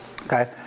Okay